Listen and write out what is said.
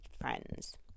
friends